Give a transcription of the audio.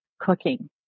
cooking